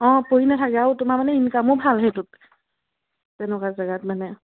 অঁ পৰি নাথাকে আৰু তোমাৰ মানে ইনকামো ভাল সেইটোত তেনেকুৱা জেগাত মানে